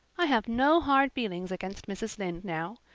i have no hard feelings against mrs. lynde now.